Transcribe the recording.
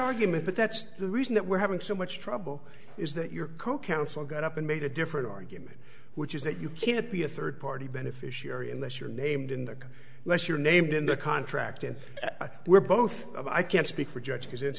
argument but that's the reason that we're having so much trouble is that your co counsel got up and made a different argument which is that you can't be a third party beneficiary unless you're named in the less you're named in the contract and we're both of i can't speak for judge